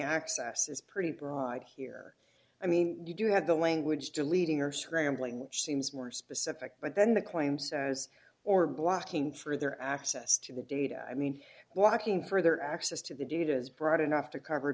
access is pretty broad here i mean you do have the language deleting or scrambling seems more specific but then the claim says or blocking for their access to the data i mean walking further access to the data is broad enough to cover